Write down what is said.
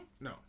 No